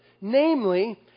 Namely